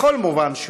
בכל מובן,